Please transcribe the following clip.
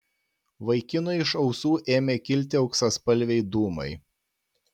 vaikinui iš ausų ėmė kilti auksaspalviai dūmai